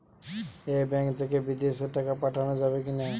এই ব্যাঙ্ক থেকে বিদেশে টাকা পাঠানো যাবে কিনা?